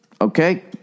Okay